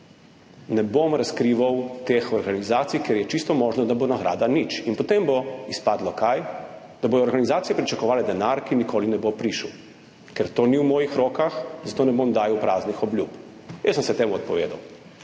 ne bom razkrival teh organizacij, ker je čisto možno, da bo nagrada nič in potem bo izpadlo – kaj? Da bodo organizacije pričakovale denar, ki nikoli ne bo prišel. Ker to ni v mojih rokah, ne bom dajal praznih obljub. Jaz sem se temu odpovedal.